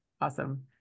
Awesome